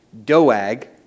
Doag